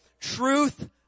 truth